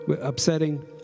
upsetting